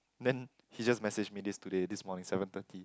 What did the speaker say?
then he just messaged me this today this morning seven thirty